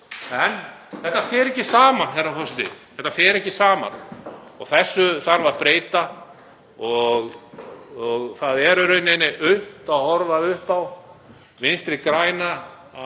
en þetta fer ekki saman, herra forseti. Þetta fer ekki saman og þessu þarf að breyta. Það er aumt að horfa upp á Vinstri græna